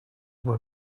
were